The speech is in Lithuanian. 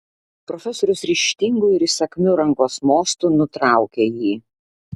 profesorius ryžtingu ir įsakmiu rankos mostu nutraukė jį